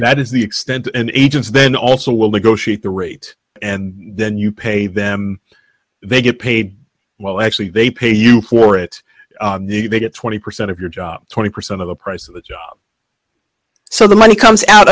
that is the extent and agents then also will negotiate the rate and then you pay them they get paid well actually they pay you for it neither get twenty percent of your job twenty percent of the price of the job so the money comes out